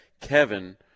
Kevin –